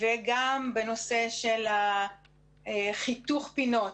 וגם בנושא של חיתוך הפינות